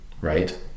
right